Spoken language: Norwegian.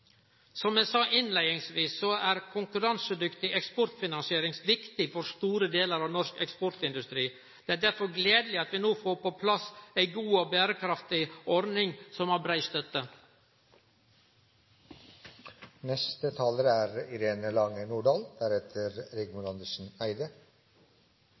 Som eg sa innleiingsvis, er konkurransedyktig eksportfinansiering viktig for store delar av norsk eksportindustri. Det er derfor gledeleg at vi no får på plass ei god og berekraftig ordning som har brei støtte. Det har den senere tid vært stor oppmerksomhet knyttet til eksportfinansieringstilbud for norsk næringsliv. Dette er